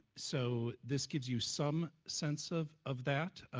so this gives you some sense of of that,